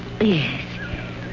Yes